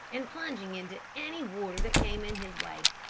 and plunging into any water that came in his way.